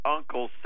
Uncle